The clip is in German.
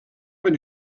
eine